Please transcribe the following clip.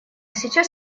сейчас